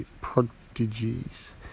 prodigies